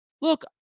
Look